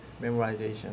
memorization